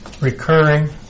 recurring